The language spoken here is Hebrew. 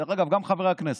דרך אגב, גם חברי הכנסת.